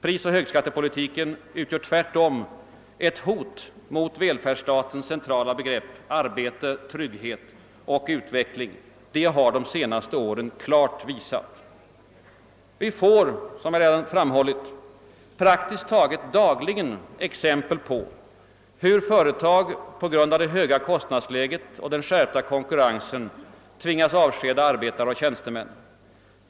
Prisoch högskattepolitiken utgör tvärtom ett hot mot välfärdsstatens centrala begrepp: arbete, trygghet och utveckling. Det har de senaste åren klart visat. Vi får — som jag redan framhållit — praktiskt taget dagligen exempel på hur företag på grund av det höga kostnadsläget och den skärpta konkurrensen tvingas avskeda arbetare och tjänstemän.